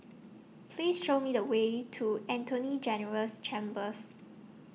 Please Show Me The Way to Attorney General's Chambers